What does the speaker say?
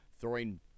throwing